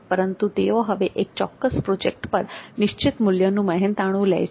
પરંતુ તેઓ હવે એક ચોક્કસ પ્રોજેક્ટ પર નિશ્ચિત મૂલ્યનું મહેનતાણું લે છે